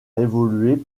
évoluer